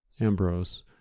Ambrose